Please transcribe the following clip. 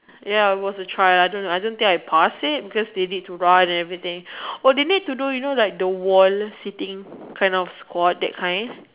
ya it was a try out I don't know I don't think I passed it because they need to run and everything oh they need to do you know the wall sitting kind of squat that kind